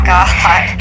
God